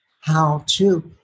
how-to